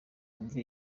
wumve